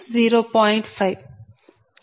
5